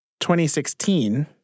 2016